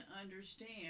understand